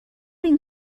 این